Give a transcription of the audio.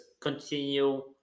continue